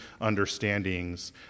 understandings